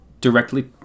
directly